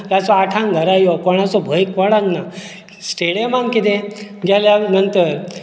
रातचो आठांक घरा यो कोणाचो भंय कोणाक ना स्टेडियमांत कितें गेल्या नंतर